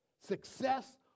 Success